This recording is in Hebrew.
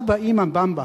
"אבא, אמא, 'במבה'